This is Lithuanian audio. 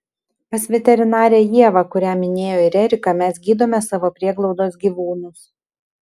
pas veterinarę ievą kurią minėjo ir erika mes gydome savo prieglaudos gyvūnus